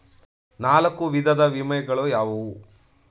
ನಾಲ್ಕು ವಿಧದ ವಿಮೆಗಳು ಯಾವುವು?